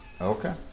Okay